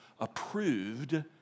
approved